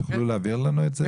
תוכלו להעביר לנו אותן?